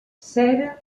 cera